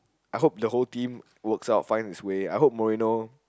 I hope the whole team works out find it's way I hope Mourinho